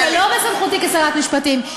זה לא בסמכותי כשרת המשפטים.